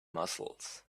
muscles